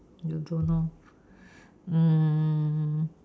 you don't know mm